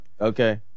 Okay